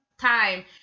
time